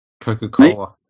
Coca-Cola